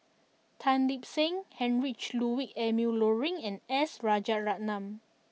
Tan Lip Seng Heinrich Ludwig Emil Luering and S Rajaratnam